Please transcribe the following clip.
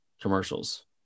commercials